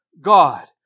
God